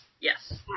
Yes